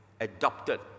adopted